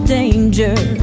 danger